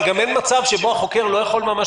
אבל גם אין מצב שבו החוקר לא יכול ממש